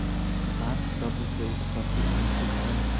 बांस शब्द के उत्पति अनिश्चित बा